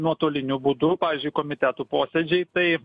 nuotoliniu būdu pavyzdžiui komitetų posėdžiai tai